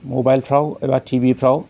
मबाइलफ्राव एबा टिभिफ्राव